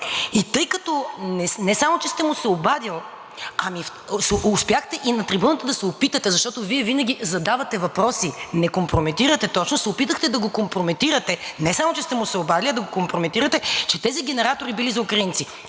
И тъй като не само че сте му се обадили, ами успяхте и на трибуната да се опитате, защото Вие винаги задавате въпроси – не, компрометирате, точно се опитахте да го компрометирате – не само че сте му се обадили, а да го компрометирате, че тези генератори били за украинци.